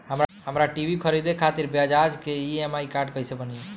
हमरा टी.वी खरीदे खातिर बज़ाज़ के ई.एम.आई कार्ड कईसे बनी?